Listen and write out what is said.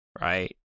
right